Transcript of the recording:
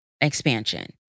expansion